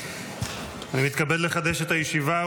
אני מתכבד לחדש את הישיבה,